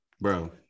bro